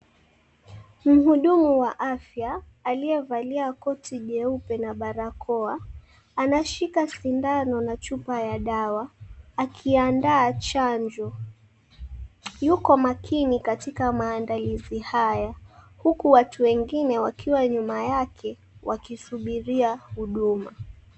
Mhudumu wa afya aliyevalia koti jeupe na barakoa anashika sindano na chupa ya dawa akiandaa chanjo. Yuko makini katika maandalizi haya huku watu wengine wakiwa nyuma yake wakisubiria huduma.